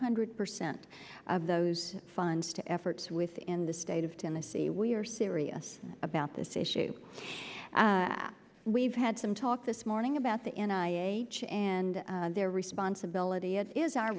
hundred percent of those funds to efforts within the state of tennessee we are serious about this issue that we've had some talk this morning about the end and their responsibility it is our